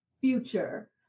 future